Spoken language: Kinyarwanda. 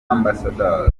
amb